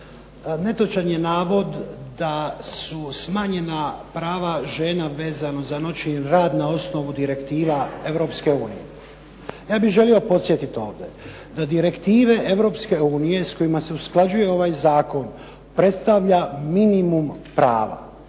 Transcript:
Netočan je navod da su smanjena prava žena vezano za noćni rad na osnovu direktiva Europske unije. Ja bih želio podsjetiti ovdje da direktive Europske unije s kojima se usklađuje ovaj zakon predstavlja minimum prava.